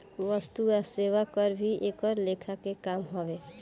वस्तु आ सेवा कर भी एक लेखा के कर हवे